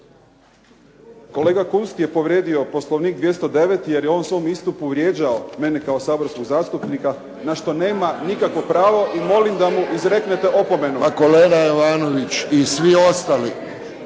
Kolega Kunst je povrijedio Poslovnik 209. jer je on u svom istupu vrijeđao mene kao saborskog zastupnika na što nema nikakvo pravo i molim da mu izreknete opomenu. **Friščić, Josip